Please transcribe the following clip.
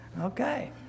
Okay